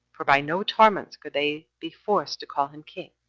for by no torments could they be forced to call him king,